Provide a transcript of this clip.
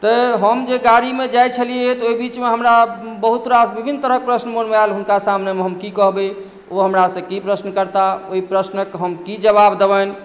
तऽ हम जे गाड़ीमे जाइत छेलियै तऽ ओहि बीचमे हमरा बहुत रास विभिन्न तरहके प्रश्न मनमे आयल जे हुनका सामने हम की कहबै ओ हमरा से की प्रश्न करताह ओहि प्रश्नक हम की जवाब देबनि